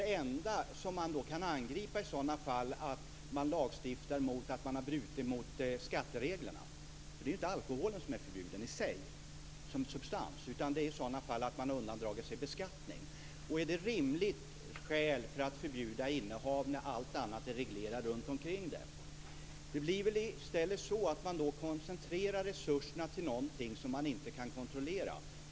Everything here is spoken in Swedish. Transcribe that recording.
Det enda som vi kan angripa i sådana fall är att man har undandragit sig beskattning. Är det ett rimligt skäl att förbjuda innehav, när allt annat runtomkring det är reglerat? Det blir väl så att man i stället koncentrerar resurserna till något som man inte kan kontrollera.